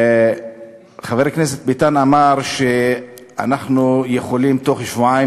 חבר הכנסת ביטן אמר שאנחנו יכולים בתוך שבועיים